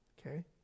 Okay